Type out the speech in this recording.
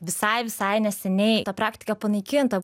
visai visai neseniai ta praktika panaikinta